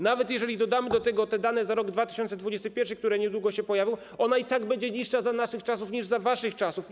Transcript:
Nawet jeżeli dodamy do tego dane za rok 2021, które niedługo się pojawią, ona i tak będzie niższa za naszych czasów niż za waszych czasów.